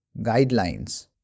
guidelines